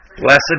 Blessed